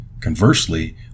Conversely